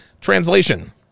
Translation